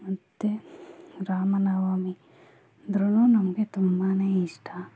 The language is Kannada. ಮತ್ತು ರಾಮ ನವಮಿ ಅಂದ್ರೂ ನಮಗೆ ತುಂಬಾ ಇಷ್ಟ